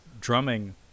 drumming